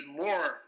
more